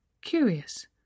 curious